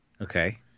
Okay